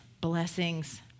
blessings